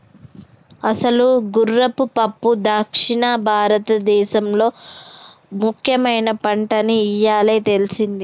అసలు గుర్రపు పప్పు దక్షిణ భారతదేసంలో ముఖ్యమైన పంటని ఇయ్యాలే తెల్సింది